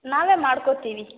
ನಾವೇ ಮಾಡ್ಕೊತೀವಿ